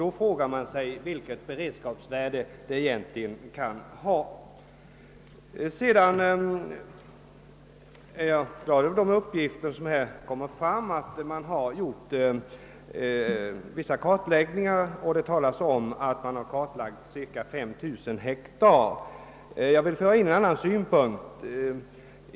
Man frågar sig vilket beredskapsvärde den då egentligen kan ha. Jag är glad över de uppgifter som lämnats i svaret att cirka 5 000 hektar torvmarker har kartlagts.